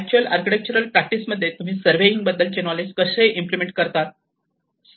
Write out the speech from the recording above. actual architectural practice मध्ये तुम्ही surveying बद्दलचे नॉलेज कसे इम्प्लिमेंट करतात